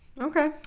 Okay